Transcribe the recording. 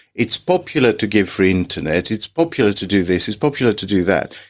it's popular to give free internet. it's popular to do this is popular to do that.